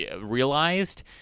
realized